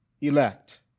elect